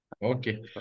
Okay